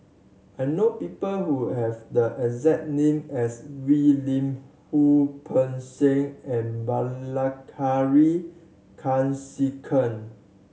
I know people who have the exact name as Wee Lin Wu Peng Seng and Bilahari Kausikan